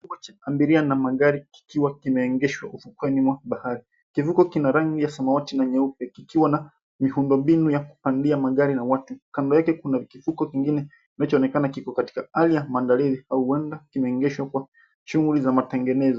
Abiria na magari kikiwa kinaegeshwa ufukweni mwa bahari. Kivuko kina rangi ya samawati na nyeupe kikiwa na miundombinu ya kupandia magari na watu. Kando yake kuna kivuko kingine imechaonekana kiko katika hali ya maandalizi au huenda kimeegeshwa kwa shughuli za matengenezo.